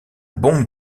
bombe